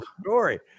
Story